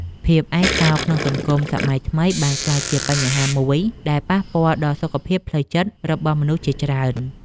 ភាពឯកោក្នុងសង្គមសម័យថ្មីបានក្លាយជាបញ្ហាមួយដែលប៉ះពាល់ដល់សុខភាពផ្លូវចិត្តរបស់មនុស្សជាច្រើន។